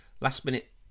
last-minute